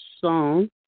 song